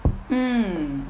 mm